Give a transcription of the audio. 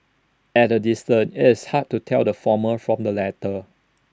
at A distance it's hard to tell the former from the latter